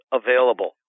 available